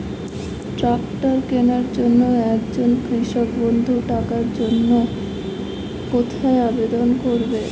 Tractor কিনার জন্য একজন কৃষক বন্ধু টাকার জন্য কোথায় আবেদন করবে?